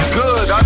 good